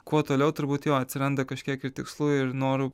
kuo toliau turbūt jo atsiranda kažkiek ir tikslų ir norų